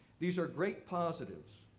these are great positives.